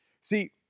See